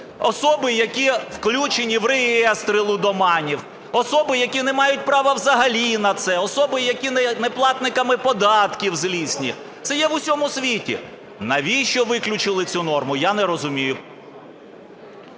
Особи, які включені в реєстри лудоманів, особи, які не мають права взагалі на це, особи, які є неплатниками податків злісні. Це є в усьому світі. Навіщо виключили цю норму, я не розумію.